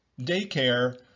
daycare